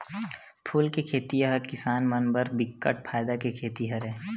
फूल के खेती ह किसान मन बर बिकट फायदा के खेती हरय